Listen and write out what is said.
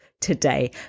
today